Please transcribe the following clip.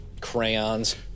crayons